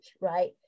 right